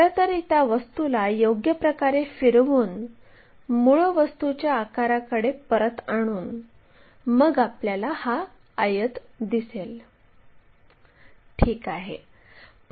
खरंतर त्या वस्तूला योग्य प्रकारे फिरवून मूळ वस्तूच्या आकाराकडे परत आणून मग आपल्याला हा आयत दिसेल ठीक आहे